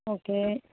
okay